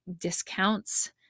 discounts